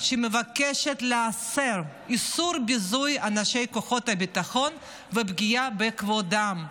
שמבקשת לאסור ביזוי אנשי כוחות ביטחון ופגיעה בכבודם.